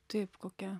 taip kokia